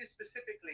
specifically